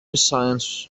science